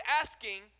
asking